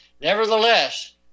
Nevertheless